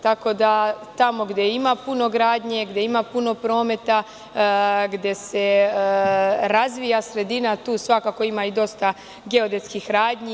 Tako da, tamo gde ima puno gradnje, gde ima puno prometa, gde se razvija sredina, tu svakako ima dosta geodetskih radnji.